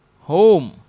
home